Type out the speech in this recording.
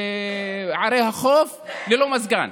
בערי החוף, ללא מזגן.